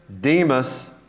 Demas